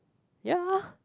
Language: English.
ya